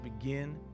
begin